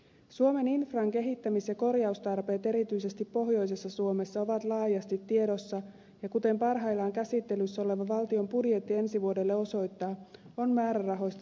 suomen infran kehittämis ja korjaustarpeet erityisesti pohjoisessa suomessa ovat laajasti tiedossa ja kuten parhaillaan käsittelyssä oleva valtion budjetti ensi vuodelle osoittaa on määrärahoista jatkuva puute